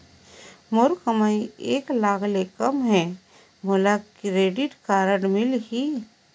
मोर कमाई एक लाख ले कम है ता मोला क्रेडिट कारड मिल ही?